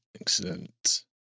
Excellent